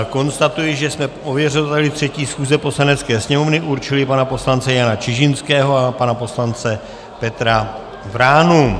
Konstatuji, že jsme ověřovateli 3. schůze Poslanecké sněmovny určili pana poslance Jana Čižinského a pana poslance Petra Vránu.